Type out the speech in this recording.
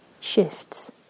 shifts